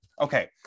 Okay